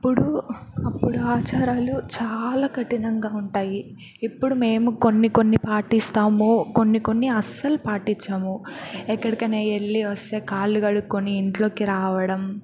అప్పుడు అప్పుడు ఆచారాలు చాలా కఠినంగా ఉంటాయి ఇప్పుడు మేము కొన్ని కొన్ని పాటిస్తాము కొన్ని కొన్ని అస్సలు పాటించము ఎక్కడికైనా వెళ్ళి వస్తే కాళ్ళు కడుక్కుని ఇంట్లోకి రావడం